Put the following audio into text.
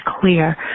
clear